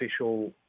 official